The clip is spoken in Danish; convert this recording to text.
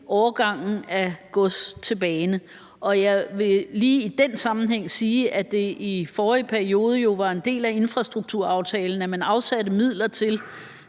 overgangen af gods til bane? Og jeg vil lige i den sammenhæng sige, at det i forrige periode jo var en del af infrastrukturaftalen, at man afsatte midler til,